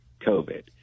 COVID